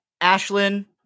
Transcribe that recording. Ashlyn